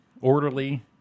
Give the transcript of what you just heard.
Orderly